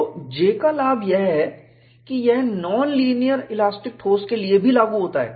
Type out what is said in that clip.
तो J का लाभ यह है कि यह नॉन लीनियर इलास्टिक ठोस के लिए भी लागू होता है